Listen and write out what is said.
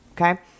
Okay